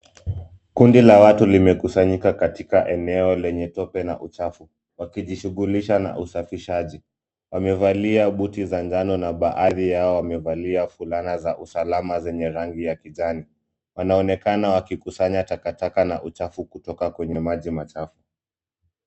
Kundi la watu limekusanyika katika eneo lenye tope na uchafu, wakijishughulisha na usafishaji. Wamevalia buti za ngano na baadhi yao wamevalia fulana za usalama zenye rangi ya kijani. Wanaonekana wakikusanya takataka na uchafu kutoka kwenye maji machafu.